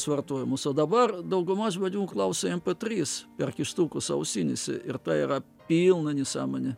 vartojimas o dabar dauguma žmonių klausė mp trys per kištukus ausinėse ir tai yra pilna nesąmonė